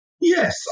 Yes